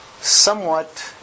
somewhat